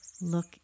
look